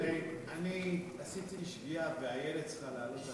אני עשיתי שגיאה ואיילת צריכה לעלות.